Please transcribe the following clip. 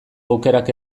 aukerak